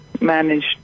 managed